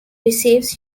receives